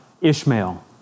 Ishmael